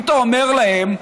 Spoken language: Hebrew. אם אתה אומר להם: